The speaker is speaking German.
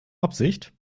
absicht